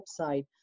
website